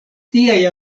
tiaj